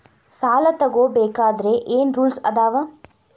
ಸಾಲ ತಗೋ ಬೇಕಾದ್ರೆ ಏನ್ ರೂಲ್ಸ್ ಅದಾವ?